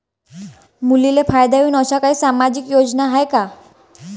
मुलींले फायदा होईन अशा काही सामाजिक योजना हाय का?